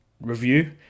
review